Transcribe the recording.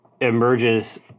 emerges